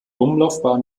umlaufbahn